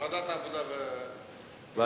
לעקוב אחרי זה בוועדה.